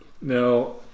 Now